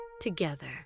together